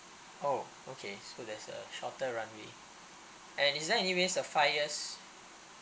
oh okay so there's a shorter runway and is there anyway sapphires